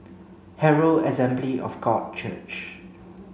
Herald Assembly of God Church